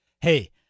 Hey